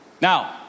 Now